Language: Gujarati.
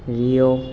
રિયો